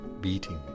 beating